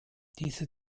diese